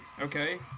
Okay